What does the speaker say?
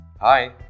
Hi